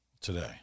today